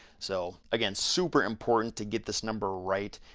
so, again, super important to get this number right.